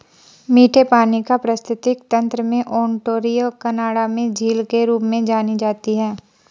मीठे पानी का पारिस्थितिकी तंत्र में ओंटारियो कनाडा में झील के रूप में जानी जाती है